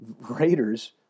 Raiders